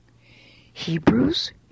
Hebrews